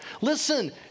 Listen